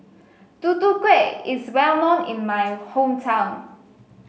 Tutu Kueh is well known in my hometown